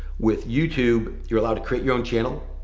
with youtube, you're allowed to create your own channel.